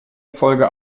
erfolge